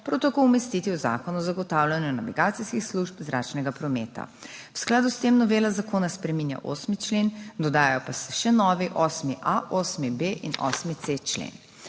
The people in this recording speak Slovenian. prav tako umestiti v Zakon o zagotavljanju navigacijskih služb zračnega prometa. V skladu s tem novela zakona spreminja 8. člen, dodajo pa se še novi 8.a, 8.b in 8.c člen.